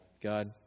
God